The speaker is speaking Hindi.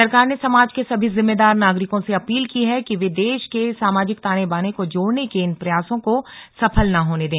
सरकार ने समाज के सभी जिम्मेदार नागरिकों से अपील की है कि वे देश के सामाजिक ताने बाने को तोड़ने के इन प्रयासों को सफल न होने दें